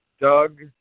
Doug